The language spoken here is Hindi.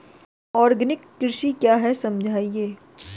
आर्गेनिक कृषि क्या है समझाइए?